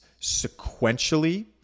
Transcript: sequentially